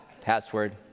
Password